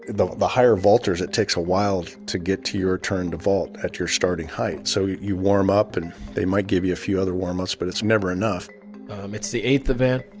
the the higher vaulters, it takes a while to get to your turn to vault at your starting height, so you you warm up and they might give you a few other warm-ups but it's never enough um it's the eighth event.